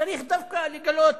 צריך דווקא לגלות